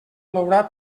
plourà